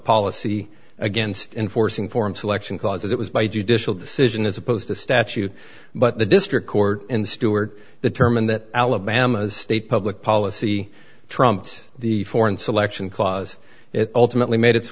policy against enforcing form selection causes it was by judicial decision as opposed to statute but the district court in stuart the term in that alabama state public policy trumped the foreign selection clause it ultimately made it